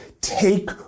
take